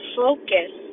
focus